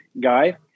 guy